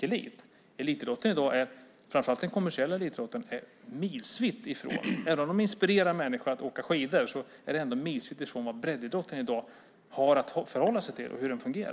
Elitidrotten, framför allt den kommersiella, är i dag mil från vad breddidrotten har att förhålla sig till, även om den kanske inspirerar människor till att åka skidor.